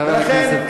רק לא בוז'י,